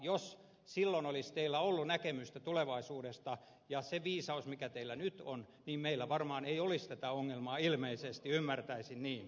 jos silloin olisi teillä ollut näkemystä tulevaisuudesta ja se viisaus mikä teillä nyt on niin meillä varmaan ei olisi tätä ongelmaa ilmeisesti ymmärtäisin niin